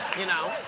you know.